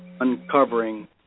uncovering